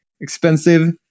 expensive